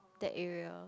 that area